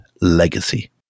Legacy